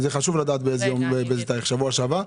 חשוב לדעת באיזה תאריך שבוע שעבר.